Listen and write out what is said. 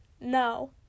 no